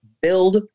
build